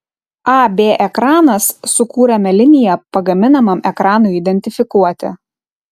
ab ekranas sukūrėme liniją pagaminamam ekranui identifikuoti